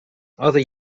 other